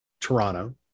Toronto